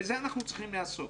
בזה אנחנו צריכים לעסוק.